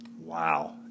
Wow